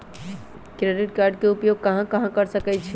Credit card के उपयोग कहां कहां कर सकईछी?